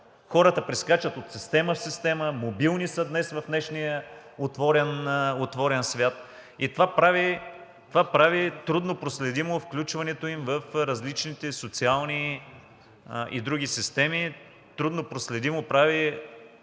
Хората прескачат от система в система, мобилни са днес в днешния отворен свят и това прави труднопроследимо включването им в различните социални и други системи, труднопроследимо прави